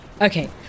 okay